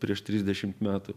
prieš trisdešimt metų